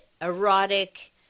erotic